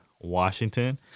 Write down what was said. Washington